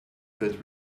that